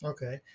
Okay